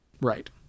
Right